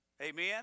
Amen